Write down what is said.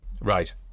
Right